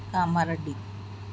Cama رڈی